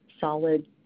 solid